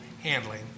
handling